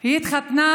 היא התחתנה